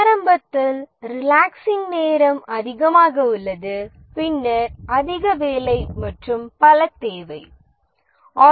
ஆரம்பத்தில் ரிலாக்ஸிங் நேரம் அதிகமாக உள்ளது பின்னர் வேலைக்கான தேவை அதிகமாகிறது